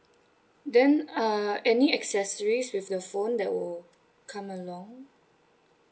then uh any accessories with the phone that will come along